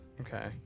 Okay